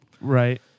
Right